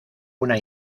una